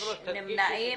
יש נמנעים?